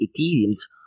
ethereum's